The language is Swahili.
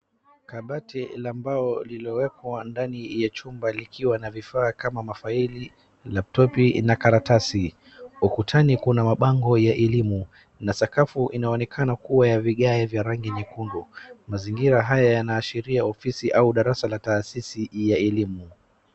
Kabati la mbao lililowekwa ndani ya chumba likiwa na vifaa kama mafaili, laptopi na karatasi. Ukutani kuna mabango ya elimu. Na sakafu inaonekana kuwa ya vigae vya rangi nyekundu. Mazingira haya yanashiria ofisi au darasa la taasisi ya elimu.